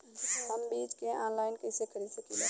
हम बीज के आनलाइन कइसे खरीद सकीला?